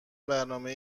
برنامه